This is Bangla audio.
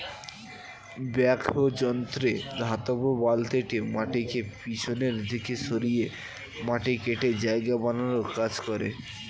ব্যাকহো যন্ত্রে ধাতব বালতিটি মাটিকে পিছনের দিকে সরিয়ে মাটি কেটে জায়গা বানানোর কাজ করে